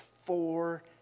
four